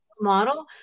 model